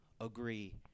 agree